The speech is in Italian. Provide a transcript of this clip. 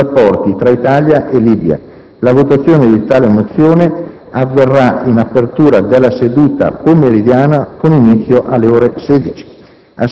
sui rapporti tra Italia e Libia. La votazione di tale mozione avverrà in apertura della seduta pomeridiana, con inizio alle ore 16.